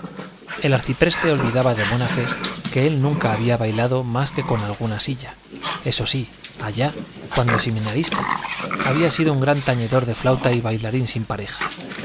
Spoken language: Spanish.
el arcipreste olvidaba de buena fe que él nunca había bailado más que con alguna silla eso sí allá cuando seminarista había sido gran tañedor de flauta y bailarín sin pareja